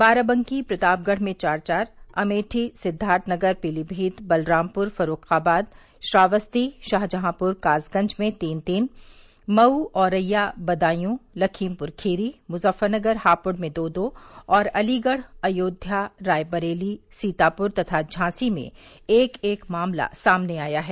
बाराबंकी प्रतापगढ़ में चार चार अमेठी सिद्वार्थनगर पीलीमीत बलरामपुर फर्रुखाबाद श्रावस्ती शाहजहांपुर कासगंज में तीन तीन मऊ औरैया बदायूं लखीमपुर खीरी मुजफ्फरनगर हापुड़ में दो दो और अलीगढ़ अयोध्या रायबरेली सीतापुर तथा झांसी में एक एक मामला सामने आया है